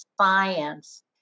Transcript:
science